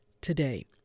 today